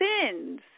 sins